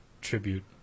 Tribute